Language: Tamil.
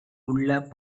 உள்ள